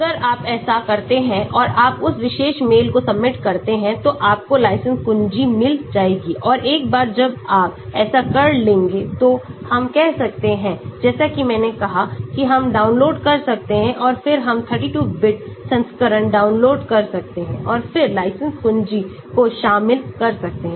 तो अगर आप ऐसा करते हैं और आप उस विशेष मेल को सबमिट करते हैं तो आपको लाइसेंस कुंजी मिल जाएगी और एक बार जब आप ऐसा कर लेंगे तो हम कह सकते हैं जैसा कि मैंने कहा कि हम डाउनलोड कर सकते हैं और फिर हम 32 bit संस्करण डाउनलोड कर सकते हैं और फिर लाइसेंस कुंजी को शामिल कर सकते हैं